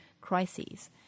crises